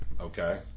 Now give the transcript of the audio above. Okay